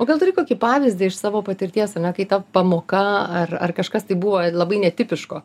o gal turi kokį pavyzdį iš savo patirties ane kai ta pamoka ar ar kažkas tai buvo labai netipiško